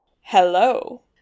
Hello